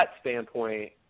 standpoint